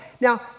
Now